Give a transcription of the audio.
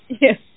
Yes